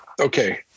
okay